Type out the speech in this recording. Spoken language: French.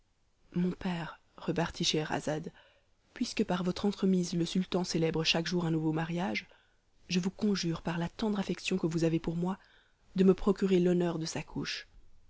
mon père repartit scheherazade puisque par votre entremise le sultan célèbre chaque jour un nouveau mariage je vous conjure par la tendre affection que vous avez pour moi de me procurer l'honneur de sa couche